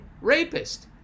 rapist